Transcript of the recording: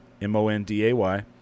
M-O-N-D-A-Y